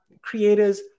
creators